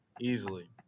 easily